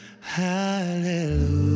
hallelujah